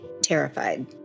terrified